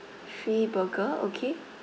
three burger okay